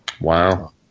Wow